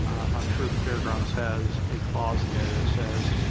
i'm sure the fairgrounds has a clause in there that says